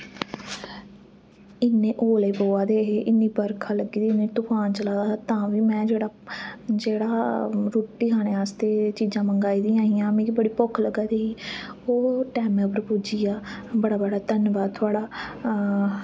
इन्ने ओले पवा दे हे इन्नी बरखा लग्गी दी ही इन्ना तुफान चला दा हा तां वी में जेह्ड़ा जेह्ड़ा रुट्टी खाने आस्तै चीजां मंगाई दियां हियां मिगी बड़ी भुक्ख लग्गा दी ही ओह् टैमे पर पुज्जिया बड़ा बड़ा धन्नबाद थोआड़ा